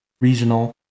regional